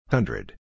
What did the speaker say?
Hundred